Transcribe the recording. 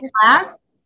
class